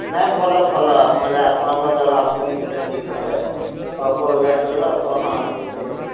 ନା ଭଲ ଭଲ ଆପଣ ଯାହା ଆପଣଙ୍କ ଯାହା ଭାବୁଛନ୍ତି ସେଇଟା ଠିକ୍ ଗୋଟେ ଯାକ ଆଉ ଅଳ୍ପ ରୋଜଗାର କରିବ ହଁ ଠିକ୍ ଠିକ୍